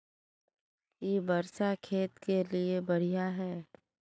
इ वर्षा खेत के लिए बढ़िया है?